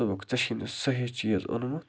دوٚپُکھ ژے چھُنہٕ صحیح چیٖز اوٚنمُت